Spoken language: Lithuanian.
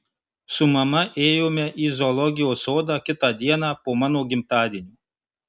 su mama ėjome į zoologijos sodą kitą dieną po mano gimtadienio